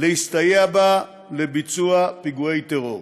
להסתייע בה לביצוע פיגועי טרור.